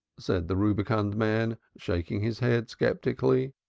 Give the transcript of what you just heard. said the rubicund man, shaking his head sceptically,